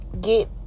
get